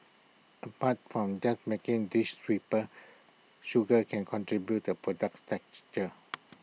apart from just making A dish sweeter sugar can contribute to A product's texture